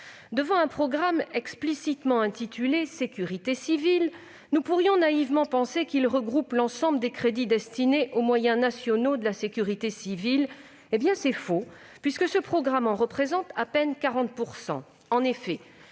Devant un programme explicitement intitulé « Sécurité civile », nous pourrions naïvement penser qu'il regroupe l'ensemble des crédits destinés aux moyens nationaux de la sécurité civile. Cela est faux, puisque ce programme en représente à peine 40